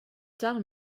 tard